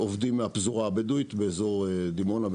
עובדים מהפזורה הבדואית באזור דימונה,